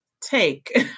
take